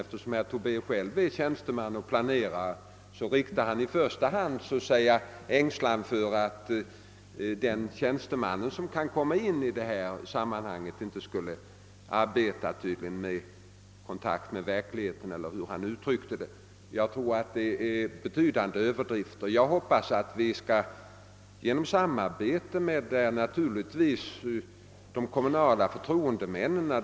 Eftersom herr Tobé själv är tjänsteman och planerare är han i första hand ängslig för att de tjänstemän, som kan få hand om dessa frågor, inte skulle ha kontakt med verkligheten i sitt arbete — jag tror att det var så herr Tobé uttryckte det. Farhågorna är säkerligen betydligt överdrivna. Vi skall naturligtvis ha samarbete med de kommunala förtroendemännen.